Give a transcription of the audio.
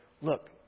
look